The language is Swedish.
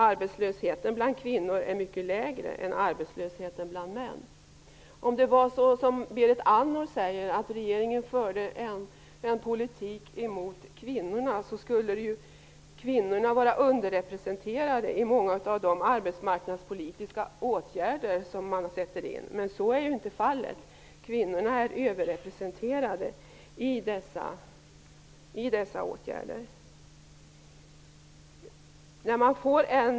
Arbetslösheten bland kvinnor är mycket lägre än arbetslösheten bland män. Om det var som Berit Andnor säger, att regeringen förde en politik emot kvinnorna, skulle kvinnorna vara underrepresenterade i många av de arbetsmarknadspolitiska åtgärder som man sätter in. Men så är inte fallet. Kvinnorna är överrepresenterade i dessa åtgärder.